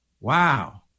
Wow